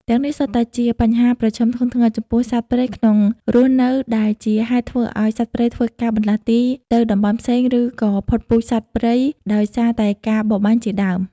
ទាំំងនេះសុទ្ធតែជាបញ្ហាប្រឈមធ្ងន់ធ្ងរចំពោះសត្វព្រៃក្នុងរស់នៅដែលជាហេតុធ្វើឲ្យសត្វព្រៃធ្វើការបន្លាស់ទីទៅតំបន់ផ្សេងឬក៏ផុតពូជសត្វព្រៃដោយសារតែការបរបាញ់ជាដើម។